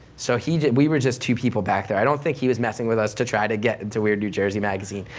so he just, we were just two people back there. i don't think he was messing with us to try to get into weird new jersey magazine,